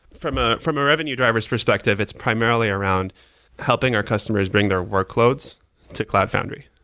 from ah from a revenue driver s perspective, it's primarily around helping our customers bring their workloads to cloud foundry,